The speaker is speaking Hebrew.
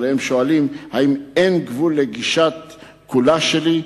אבל הם שואלים: האם אין גבול לגישת "כולה שלי"?